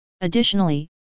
Additionally